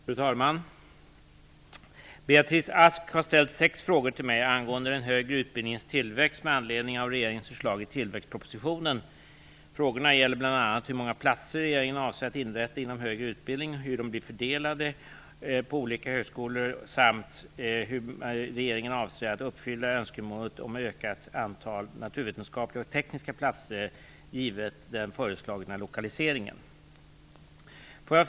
Fru talman! Beatrice Ask har ställt sex frågor till mig angående den högre utbildningens tillväxt med anledning av regeringens förslag i tillväxtpropositionen . Frågorna gäller bl.a. hur många platser regeringen avser att inrätta inom den högre utbildningen, hur de blir fördelade på olika högskolor samt hur regeringen avser att uppfylla önskemålet om ökat antal naturvetenskapliga och tekniska platser med tanke på den föreslagna lokaliseringen.